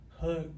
hook